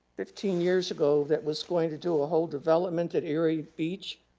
fifteen years ago, that was going to do a whole development at erie beach.